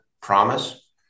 promise